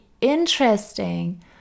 interesting